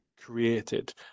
created